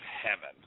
heaven